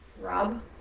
Rob